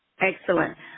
Excellent